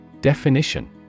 Definition